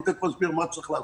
תיכף אסביר מה צריך לעשות.